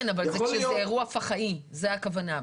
כן, אבל זה כשזה אירוע פח"עי זו הכוונה.